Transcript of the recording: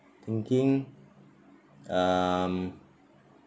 thinking um